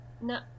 No